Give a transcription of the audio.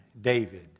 David